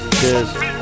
Cheers